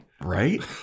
Right